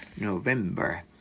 November